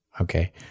Okay